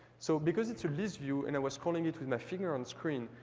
so because it's a listview and i was calling it with my finger on screen,